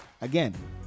again